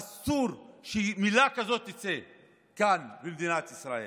אסור שמילה כזאת תצא כאן במדינת ישראל.